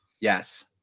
Yes